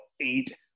eight